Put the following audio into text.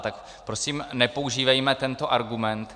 Tak prosím nepoužívejme tento argument.